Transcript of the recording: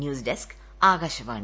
news desk Akashvani